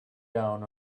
down